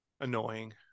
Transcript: annoying